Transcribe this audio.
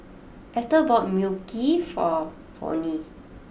Esther bought Mui Kee for Vonnie